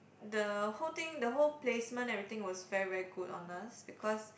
the whole thing the whole placement everything was very very good on us because